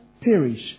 perish